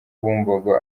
bumbogo